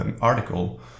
article